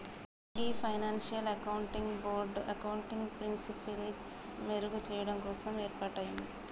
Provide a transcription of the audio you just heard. గీ financial accounting board accounting ప్రిన్సిపిల్సి మెరుగు చెయ్యడం కోసం ఏర్పాటయింది